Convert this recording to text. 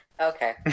Okay